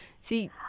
see